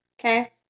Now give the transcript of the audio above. Okay